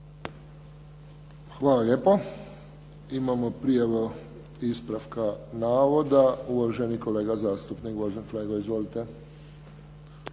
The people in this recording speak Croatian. Hvala lijepo. Imamo prijavu ispravka navoda, uvaženi kolega zastupnik Gvozden Flego. Izvolite.